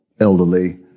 elderly